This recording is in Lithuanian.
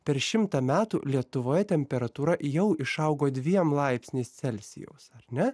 per šimtą metų lietuvoje temperatūra jau išaugo dviem laipsniais celsijaus ar ne